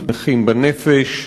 נכים בנפש.